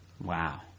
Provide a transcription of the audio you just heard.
Wow